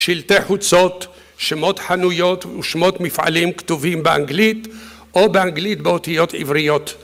שלטי חוצות, שמות חנויות ושמות מפעלים כתובים באנגלית או באנגלית באותיות עבריות